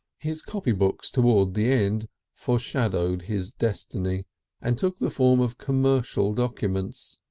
his copy books towards the end foreshadowed his destiny and took the form of commercial documents.